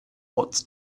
what’s